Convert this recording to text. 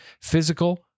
physical